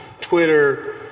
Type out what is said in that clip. Twitter –